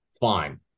fine